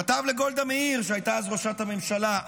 כתב לגולדה מאיר, שהייתה אז ראשת הממשלה,